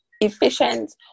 efficient